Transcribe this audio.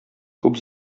күп